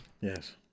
Yes